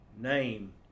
name